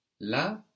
La